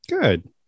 good